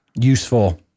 useful